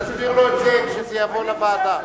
תסביר לו את זה כשזה יבוא לוועדה.